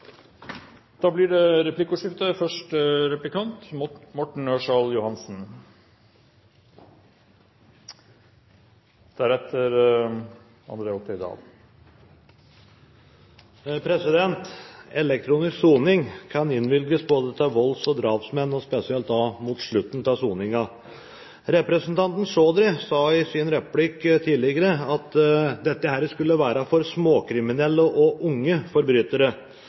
blir replikkordskifte. Elektronisk soning kan innvilges både til volds- og drapsmenn og spesielt mot slutten av soningen. Representanten Chaudhry sa i en replikk tidligere at dette skulle være for småkriminelle og unge forbrytere.